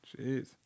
Jeez